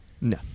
No